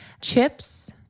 Chips